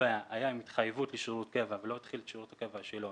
הקובע היה עם התחייבות לשירות קבע ולא התחיל את שירות הקבע שלו,